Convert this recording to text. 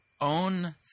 own